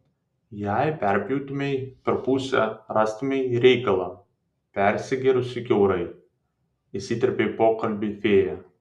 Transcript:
jei perpjautumei per pusę rastumei reikalą persigėrusį kiaurai įsiterpia į pokalbį fėja